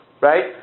right